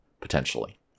potentially